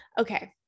Okay